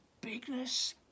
bigness